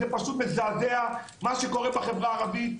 זה פשוט מזעזע מה שקורה בחברה הערבית.